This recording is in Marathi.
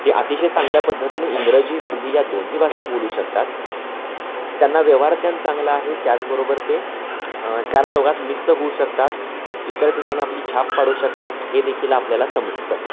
ते अतिशय चांगल्या पद्धतीने इंग्रजी हिंदी या दोन्ही भाषा बोलू शकतात त्यांना व्यवहारज्ञान चांगलं आहे त्याचबरोबर ते चार चौघात मिक्स होऊ शकतात इतर ठिकाणी आपली छाप पाडू शकतात हे देखील आपल्याला समजतं